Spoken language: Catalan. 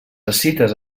escites